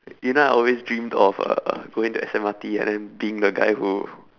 you know I always dreamed of uh going to S_M_R_T and then being the guy who